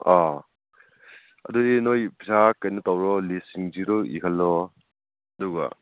ꯑꯥ